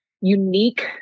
unique